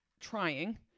trying